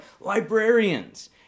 librarians